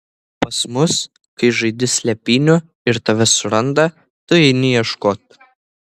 pas mus kai žaidi slėpynių ir tave suranda tu eini ieškoti